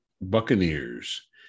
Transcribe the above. Buccaneers